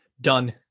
done